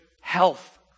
health